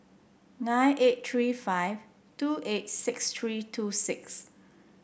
nine eight three five two eight six three two six